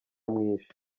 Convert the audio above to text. mwinshi